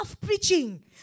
preaching